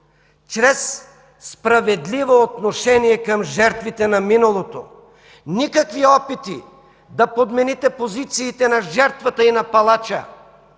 чрез справедливо отношение към жертвите на миналото. Никакви опити да подмените позициите на жертвата и на палача